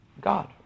God